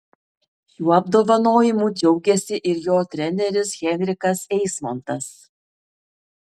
šiuo apdovanojimu džiaugėsi ir jo treneris henrikas eismontas